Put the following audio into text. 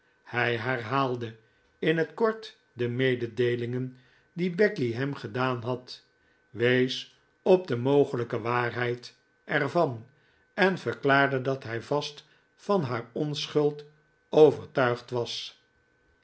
hij herhaalde in het kort de mededeelingen die becky hem gedaan had wees op de mogelijke waarheid er van en verklaarde dat hij vast van haar onschuld overtuigd was